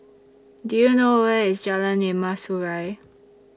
Do YOU know Where IS Jalan Emas Urai